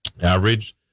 Average